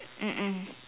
mm mm